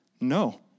No